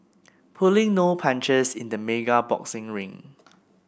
pulling no punches in the mega boxing ring